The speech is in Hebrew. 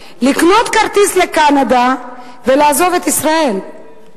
לקנות כרטיס לקנדה ולעזוב את ישראל.